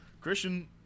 Christian